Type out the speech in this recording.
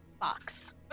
box